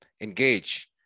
engage